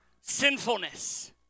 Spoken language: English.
sinfulness